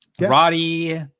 Roddy